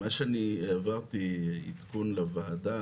ממה שאני העברתי כעדכון לוועדה,